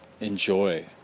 enjoy